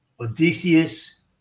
Odysseus